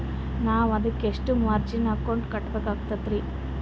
ನಾವು ಅದಕ್ಕ ಎಷ್ಟ ಮಾರ್ಜಿನ ಅಮೌಂಟ್ ಕಟ್ಟಬಕಾಗ್ತದ್ರಿ?